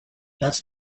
that’s